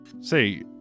Say